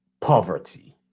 poverty